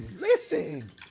listen